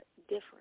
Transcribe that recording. different